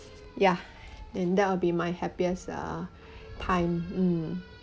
ya and that will be my happiest uh time mm